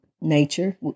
nature